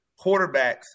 quarterbacks